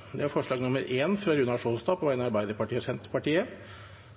alt 41 forslag. Det er forslag nr. 1, fra Runar Sjåstad på vegne av Arbeiderpartiet og Senterpartiet